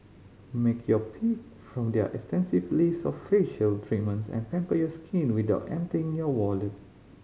make your pick from their extensive list of facial treatments and pamper your skin without emptying your wallet